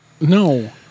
No